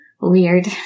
Weird